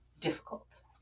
difficult